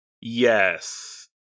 Yes